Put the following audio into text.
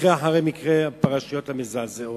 מקרה אחרי מקרה, הפרשיות המזעזעות.